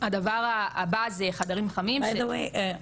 הדבר הבא זה חדרים חמים --- by the way,